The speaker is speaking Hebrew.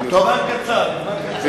לזמן קצר.